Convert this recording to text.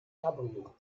cabrio